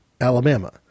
Alabama